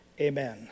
amen